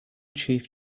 chief